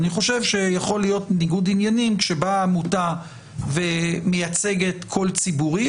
אני חושב שיכול להיות ניגוד עניינים כשבאה עמותה ומייצגת קול ציבורי,